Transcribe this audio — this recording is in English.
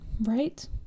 Right